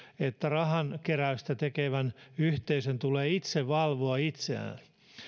että rahankeräystä tekevän yhteisön tulee itse valvoa itseään